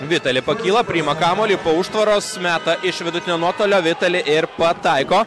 vitali pakyla priima kamuolį po užtvaros meta iš vidutinio nuotolio vitali ir pataiko